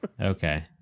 Okay